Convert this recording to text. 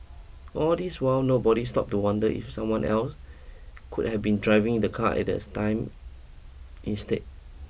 all this while nobody stopped to wonder if someone else could have been driving the car at the time instead